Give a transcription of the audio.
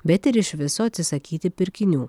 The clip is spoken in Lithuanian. bet ir iš viso atsisakyti pirkinių